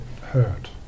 hurt